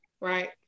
Right